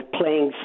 playing